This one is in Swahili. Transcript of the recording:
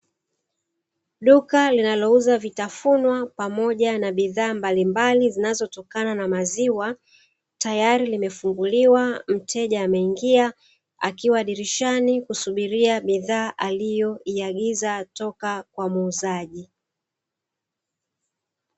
Duka linalouza vitafunwa pamoja na bidhaa mbalimbali zinazotokana na maziwa tayari limefunguliwa, mteja ameingia akiwa dirishani kusubiria bidhaa aliyoiyangiza kutoka kwa muuzaji.